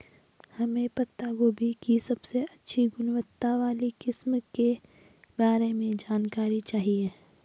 हमें पत्ता गोभी की सबसे अच्छी गुणवत्ता वाली किस्म के बारे में जानकारी चाहिए?